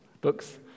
books